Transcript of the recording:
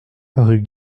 rue